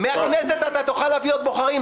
מהכנסת אתה תוכל להביא עוד בוחרים.